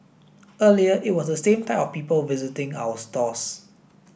earlier it was the same type of people visiting our stores